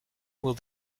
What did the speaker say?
will